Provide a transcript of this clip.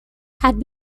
had